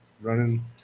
running